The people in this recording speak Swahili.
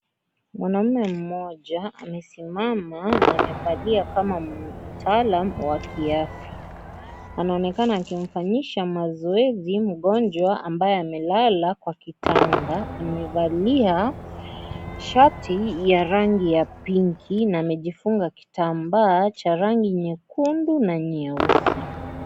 Mwanaume mmoja amesimama na amevalia kama mtaalam wa kiafya .anaonekana anamfanyinya mgonjwa mazoezi ambaye amelala kwa kitanda amevalia shati ya rangi ya pinki na amejigunga kitambas cha rangi nyekundu na nyeusi.